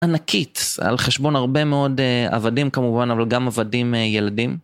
ענקית, על חשבון הרבה מאוד עבדים כמובן, אבל גם עבדים ילדים.